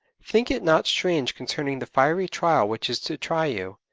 think it not strange concerning the fiery trial which is to try you.